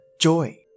joy